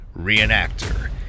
reenactor